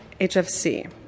HFC